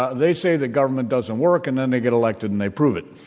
ah they say that government doesn't work, and then they get elected, and they prove it.